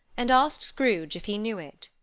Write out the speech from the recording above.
and asked scrooge if he knew it.